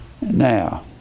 Now